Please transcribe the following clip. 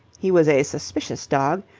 he was a suspicious dog,